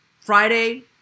Friday